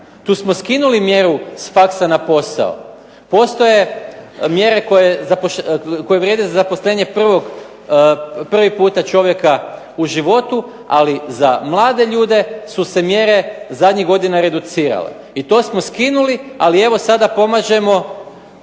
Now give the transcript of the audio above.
Tu smo skinuli mjeru s faksa na posao. Postoje mjere vrijede za zaposlenje prvi puta čovjeka u životu, ali za mlade ljude su se mjere zadnjih godina reducirale. I to smo skinuli, ali evo sada pomažemo